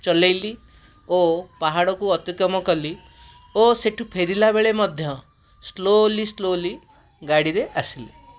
ଚଲାଇଲି ଓ ପାହାଡ଼କୁ ଅତିକ୍ରମ କଲି ଓ ସେଠୁ ଫେରିଲା ବେଳେ ମଧ୍ୟ ସ୍ଲୋଲି ସ୍ଲୋଲି ଗାଡ଼ିରେ ଆସିଲି